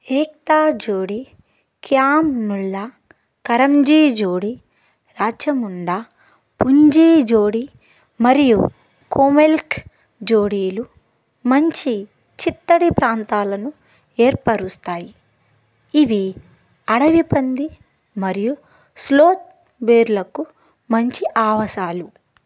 ఏక్తా జోడీ క్యామ్ నుల్లా కరంజీ జోడీ రాజముండా పుంజీ జోడీ మరియు కొమ్కెల్ జోడీలు మంచి చిత్తడి ప్రాంతాలను ఏర్పరుస్తాయి ఇవి అడవి పంది మరియు స్లోత్ బేర్లకు మంచి ఆవాసాలు